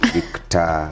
Victor